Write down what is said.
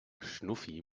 schnuffi